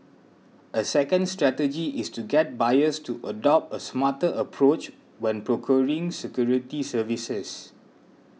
a second strategy is to get buyers to adopt a smarter approach when procuring security services